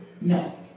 no